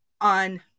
on